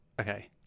Okay